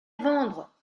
vendre